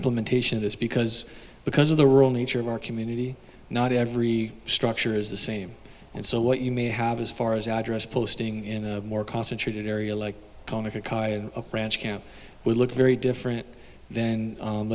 implementation of this because because of the real nature of our community not every structure is the same and so what you may have as far as address posting in a more concentrated area like camp would look very different then